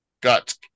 got